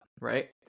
right